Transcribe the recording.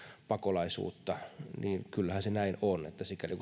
pakolaisuutta kyllähän se näin on että sikäli